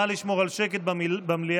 נא לשמור על שקט במליאה.